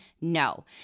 No